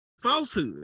falsehood